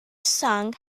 song